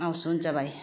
हवस् हुन्छ भाइ